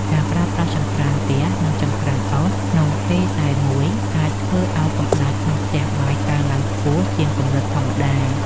ការប្រើប្រាស់ចង្ក្រានហ្គាស និងចង្ក្រានអុសក្នុងពេលតែមួយអាចធ្វើឱ្យកម្តៅក្នុងផ្ទះបាយកើនឡើងខ្ពស់ជាងកម្រិតធម្មតា។